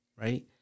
right